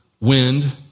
Wind